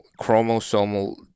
chromosomal